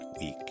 week